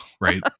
right